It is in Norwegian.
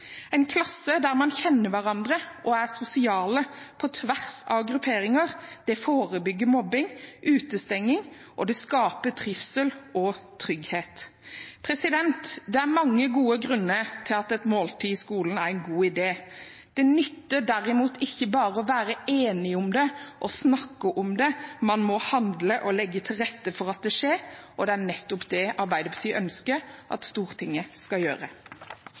En klasse der man kjenner hverandre og er sosiale på tvers av grupperinger, forebygger mobbing og utestenging, og det skaper trivsel og trygghet. Det er mange gode grunner til at et måltid i skolen er en god idé. Det nytter derimot ikke bare å være enig om det og snakke om det, man må handle og legge til rette for at det skjer, og det er nettopp det Arbeiderpartiet ønsker at Stortinget skal gjøre.